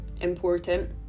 important